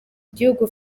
gihugu